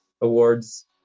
awards